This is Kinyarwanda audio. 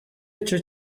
icyo